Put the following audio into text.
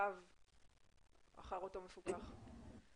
ולמעקב אחר אותו מפוקח.